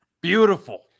Beautiful